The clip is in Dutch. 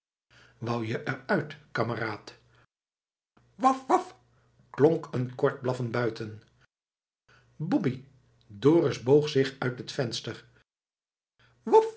wou je er uit kameraad waf waf waf klonk een kort blaffen buiten boppie dorus boog zich uit het venster